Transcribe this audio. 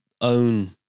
own